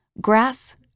Grass